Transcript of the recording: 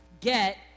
get